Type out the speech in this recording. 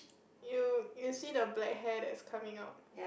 you you see the black hair that is coming out